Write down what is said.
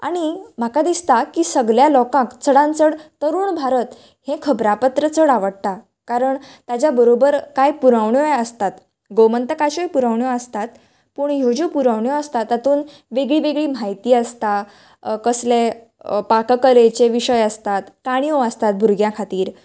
आनी म्हाका दिसता की सगल्या लोकांक चडान चड तरूण भारत हें खबरापत्र चड आवडटा कारण ताजे बरोबर काय पुरवणीय आसतात गोंमंतकाच्यो पुरवण्यो आसतात पूण ह्यो ज्यो पुरवण्यो आसतात तातूंत वेगळी वेगळी म्हायती आसता कसले पाककलेचे विशय आसतात काणयो आसतात भुरग्यां खातीर